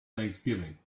thanksgiving